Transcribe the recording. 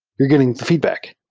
you're getting a feedback.